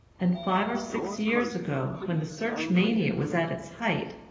and five or six years ago, when the search mania was at its height,